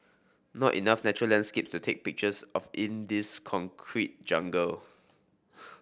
not enough natural landscapes to take pictures of in this concrete jungle